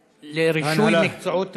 ההנהלה, לרישוי מקצועות רפואיים.